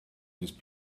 these